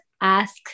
ask